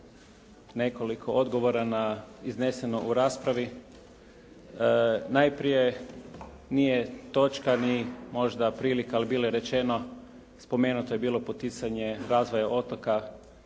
nekoliko odgovora na izneseno u raspravi. Najprije nije točka ni možda prilika, ali bilo je rečeno, spomenuto je bilo poticanje razvoja otoka.